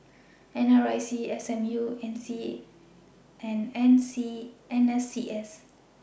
N R I C S M U and N C N S C S